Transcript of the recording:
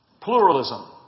Pluralism